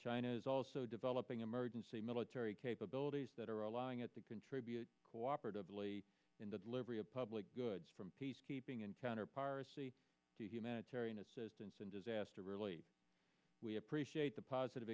china's also developing emergency military capabilities that are allowing it to contribute cooperatively in the delivery of public goods from peacekeeping and to humanitarian assistance and disaster relief we appreciate the positive